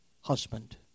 husband